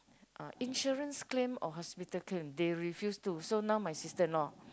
uh insurance claim or hospital claim they refuse to so now my sister-in-law